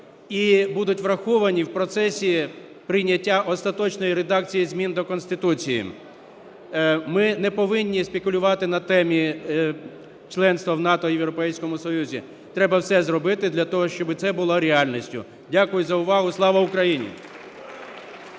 і будуть враховані в процесі прийняття остаточної редакції змін до Конституції. Ми не повинні спекулювати на темі членства в НАТО і в Європейському Союзі. Треба все зробити для того, щоб це було реальністю. Дякую за увагу. Слава Україні!